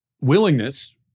willingness